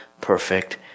perfect